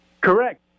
Correct